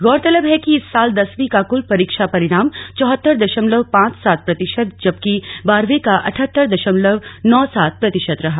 गौरतलब है कि इस साल दसवीं का क्ल परीक्षा परिणाम चौहत्तर दशमलव पांच सात प्रतिशत जबकि बारहवीं का अठहत्तर दशमलव नौ सात प्रतिशत रहा